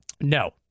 no